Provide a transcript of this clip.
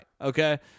Okay